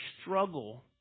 struggle